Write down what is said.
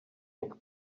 and